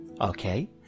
okay